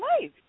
life